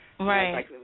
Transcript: Right